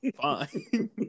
fine